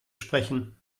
sprechen